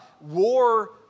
war